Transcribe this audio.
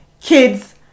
kids